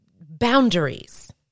boundaries